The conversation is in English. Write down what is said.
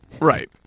Right